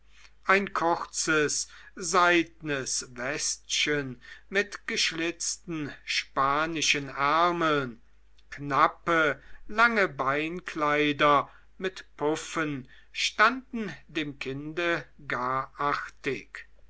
ein kurzes seidnes westchen mit geschlitzten spanischen ärmeln knappe lange beinkleider mit puffen standen dem kinde gar artig